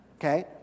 Okay